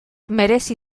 merezi